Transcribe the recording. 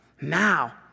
Now